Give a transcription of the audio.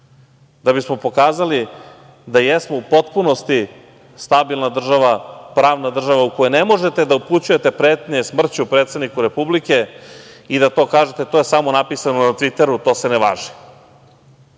da bismo pokazali da jesmo u potpunost stabilna država, pravna država u kojoj ne možete da upućujete pretnje smrću predsedniku Republike i da kažete da je to samo napisano na Tviteru, to se ne